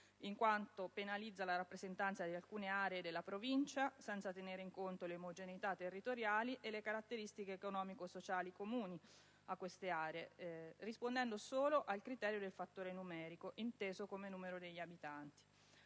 infatti penalizza la rappresentanza di alcune aree della Provincia senza tenere in conto le omogeneità territoriali e le caratteristiche economico-sociali comuni a queste aree, rispondendo solo al criterio del numero degli abitanti.